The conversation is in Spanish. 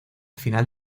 final